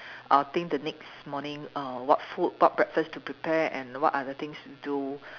I'll think the next morning err what food what breakfast to prepare and what are the things to do